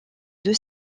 deux